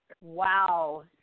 Wow